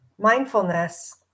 mindfulness